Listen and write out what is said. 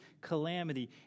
calamity